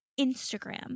Instagram